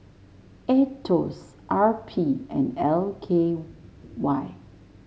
Aetos R P and L K Y